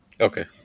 Okay